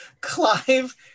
Clive